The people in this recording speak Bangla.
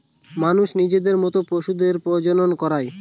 মানুষ নিজের মত পশুদের প্রজনন করায়